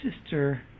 sister